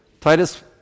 Titus